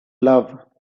love